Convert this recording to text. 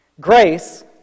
Grace